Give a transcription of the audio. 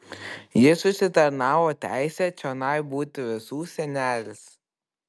jis užsitarnavo teisę čionai būti visų senelis